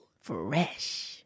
Fresh